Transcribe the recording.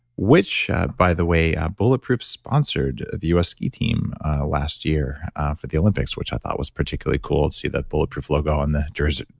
which by the way ah bulletproof sponsored, the us ski team last year for the olympics which i thought was particularly cool to see the bulletproof logo on the jersey